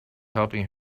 helping